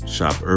Shop